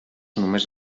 només